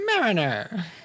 Mariner